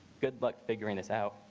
good luck figuring this out.